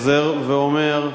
חוזר ואומר,